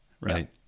Right